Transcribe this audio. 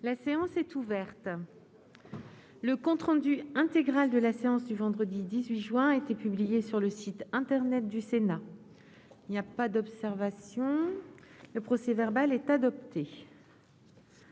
La séance est ouverte. Le compte rendu intégral de la séance du vendredi 18 juin 2021 a été publié sur le site internet du Sénat. Il n'y a pas d'observation ?... Le procès-verbal est adopté.